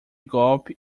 golpe